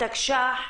התקש"ח,